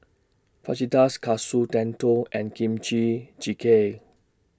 Fajitas Katsu Tendon and Kimchi Jjigae